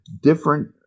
different